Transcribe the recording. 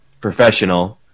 professional